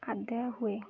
ଆଦାୟ ହୁଏ